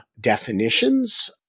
definitions